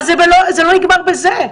אבל זה לא נגמר בזה.